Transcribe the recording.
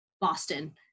Boston